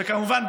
וכמובן,